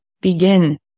begin